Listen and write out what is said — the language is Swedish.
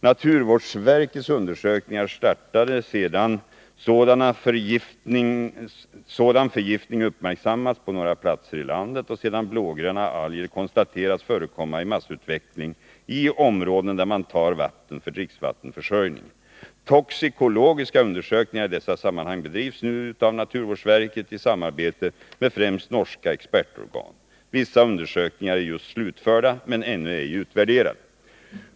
Naturvårdsverkets undersökningar 7 december 1982 startade sedan sådan förgiftning uppmärksammats på några platser i landet och sedan blågröna alger konstaterats förekomma i massutveckling i områden där man tar vatten för dricksvattenförsörjningen. Toxikologiska undersökningar i dessa sammanhang bedrivs nu av naturvårdsverket i samarbete med främst norska expertorgan. Vissa undersökningar är just slutförda, men ännu ej utvärderade.